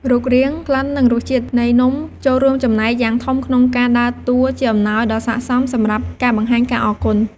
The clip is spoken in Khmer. រូបរាង ក្លិន និងរសជាតិនៃនំចូលរួមចំណែកយ៉ាងធំក្នុងការដើរតួជាអំណោយដ៏សាកសមសម្រាប់ការបង្ហាញការអរគុណ។